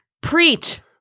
preach